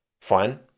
Fine